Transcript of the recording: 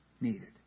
needed